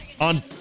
On